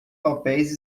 papéis